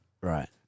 Right